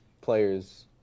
players